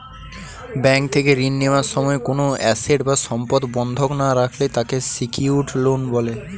bank থেকে ঋণ নেওয়ার সময় কোনো অ্যাসেট বা সম্পদ বন্ধক না রাখলে তাকে সিকিউরড লোন বলে